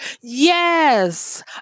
Yes